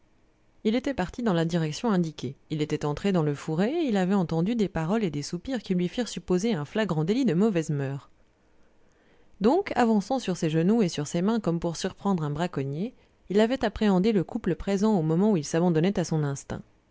il était parti dans la direction indiquée il était entré dans le fourré et il avait entendu des paroles et des soupirs qui lui firent supposer un flagrant délit de mauvaises moeurs donc avançant sur ses genoux et sur ses mains comme pour surprendre un braconnier il avait appréhendé le couple présent au moment où il s'abandonnait à son instinct